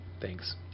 Thanks